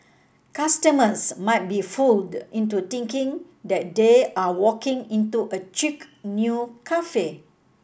customers might be fooled into thinking that they are walking into a chic new cafe